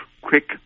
quick